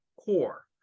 core